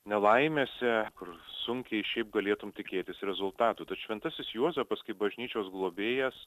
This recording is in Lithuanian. nelaimėse kur sunkiai šiaip galėtum tikėtis rezultatų tad šventasis juozapas kaip bažnyčios globėjas